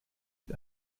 mit